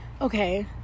okay